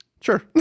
sure